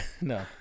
No